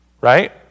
Right